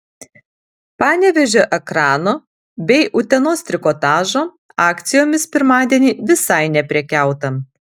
panevėžio ekrano bei utenos trikotažo akcijomis pirmadienį visai neprekiauta